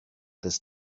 this